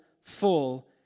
full